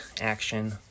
action